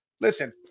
Listen